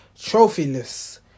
trophyless